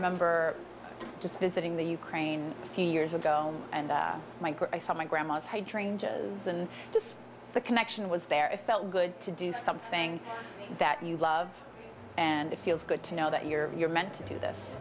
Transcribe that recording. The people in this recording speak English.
remember just visiting the ukraine few years ago and i saw my grandma's hydrangeas and just the connection was there a felt good to do something that you love and it feels good to know that you're you're meant to do this